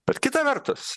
bet kita vertus